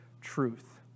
truth